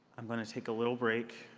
i'm going to take a little break.